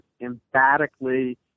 emphatically